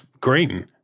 green